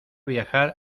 viajar